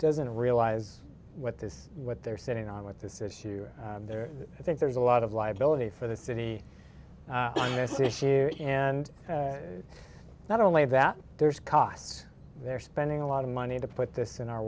doesn't realize what this what they're sitting on with this issue there i think there's a lot of liability for the city i mean i think you and not only that there's cost they're spending a lot of money to put this in our